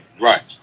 Right